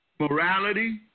Morality